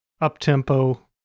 up-tempo